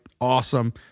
awesome